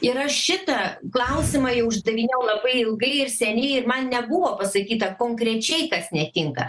ir aš šitą klausimą jau uždavinėjau labai ilgai ir seniai ir man nebuvo pasakyta konkrečiai kas netinka